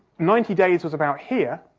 ninety days was about here,